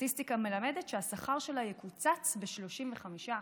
הסטטיסטיקה מלמדת שהשכר שלה יקוצץ ב-35%.